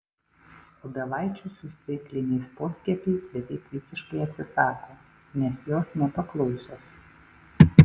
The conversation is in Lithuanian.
obelaičių su sėkliniais poskiepiais beveik visiškai atsisako nes jos nepaklausios